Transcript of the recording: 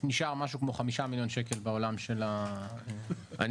נשאר משהו כמו 5 מיליון שקל בעולם של ה- -- אני